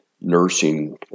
nursing